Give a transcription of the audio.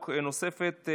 נוספת,